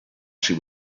she